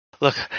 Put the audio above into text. Look